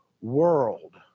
world